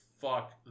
fuck